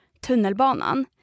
Tunnelbanan